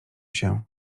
się